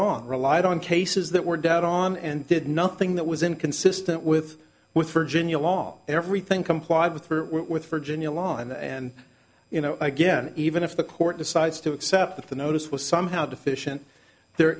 on relied on cases that were dead on and did nothing that was inconsistent with with virginia law everything complied with through virginia law and you know again even if the court decides to accept that the notice was somehow deficient there